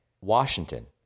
Washington